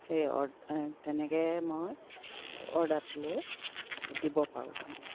সেই অৰ্ড তেনেকৈ মই অৰ্ডাৰটো লৈ দিব পাৰোঁ তাৰমানে